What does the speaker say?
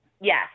Yes